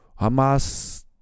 Hamas